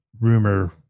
rumor